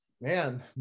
man